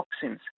toxins